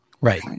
right